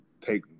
take